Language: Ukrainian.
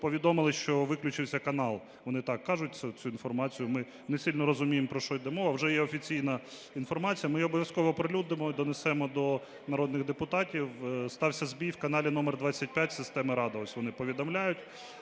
повідомили, що виключився канал. Вони так кажуть цю інформацію, ми не сильно розуміємо, про що йде мова. Вже є офіційна інформація, ми її обов'язково оприлюднимо і донесемо до народних депутатів: стався збій в каналі номер 25 системи "Рада", ось вони повідомляють.